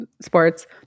sports